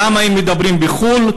למה הם מדברים בחו"ל,